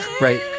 Right